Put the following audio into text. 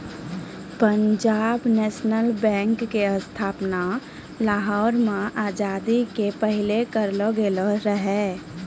Punjab national bank के स्थापना लाहौर मे आजादी के पहिले करलो गेलो रहै